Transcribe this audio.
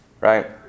Right